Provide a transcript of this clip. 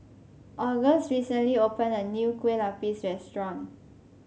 August recently opened a new Kue Lupis restaurant